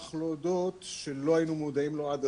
פשוט להוסיף על מה שמשרד החינוך בעצמו?